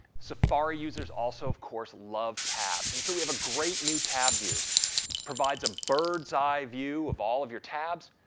safari users also of course love tabs. and so, we have a great new tab view provides a bird's-eye view of all of your tabs,